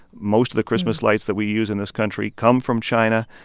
most of the christmas lights that we use in this country come from china.